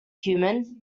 human